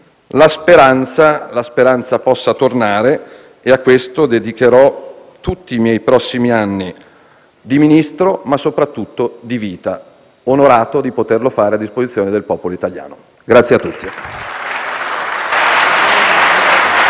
la speranza, questa possa tornare e a ciò dedicherò tutti i miei prossimi anni da Ministro ma soprattutto di vita, onorato di poterlo fare a disposizione del popolo italiano. Grazie a tutti.